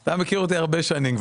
אתה מכיר אותי הרבה שנים.